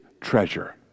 treasure